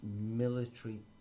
military